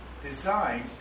designed